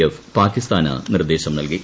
F പാക്കിസ്ഥാന് നിർദ്ദേശം നൽകി